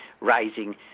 rising